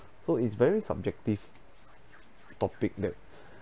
so is very subjective topic that